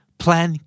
plan